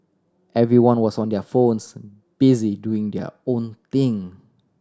everyone was on their phones busy doing their own thing